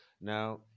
Now